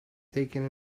taken